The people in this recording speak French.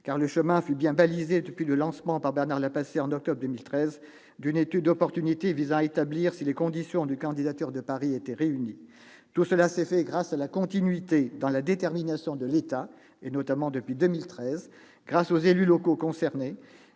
le chemin fut bien balisé depuis le lancement par Bernard Lapasset, en octobre 2013, d'une étude d'opportunité visant à établir si les conditions d'une candidature de Paris étaient réunies. Tout cela s'est fait grâce à une continuité dans la détermination de l'État, notamment depuis 2013, grâce aux élus locaux concernés,